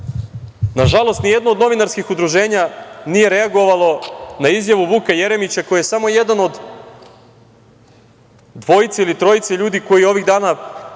nažalost, nijedno od novinarskih udruženja nije reagovalo na izjavu Vuka Jeremića, koji je samo jedan od dvojice ili trojice ljudi koji ovih dana